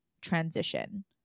transition